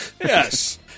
Yes